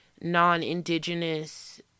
non-Indigenous